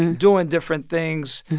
and doing different things,